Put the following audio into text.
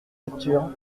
lecture